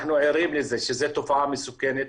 אנחנו ערים לזה שזו תופעה מסוכנת,